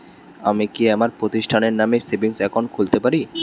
আমি কি আমার প্রতিষ্ঠানের নামে সেভিংস একাউন্ট খুলতে পারি?